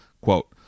Quote